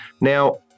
Now